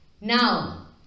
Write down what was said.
Now